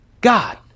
God